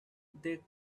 they